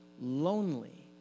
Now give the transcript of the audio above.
lonely